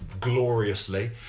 gloriously